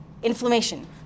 Inflammation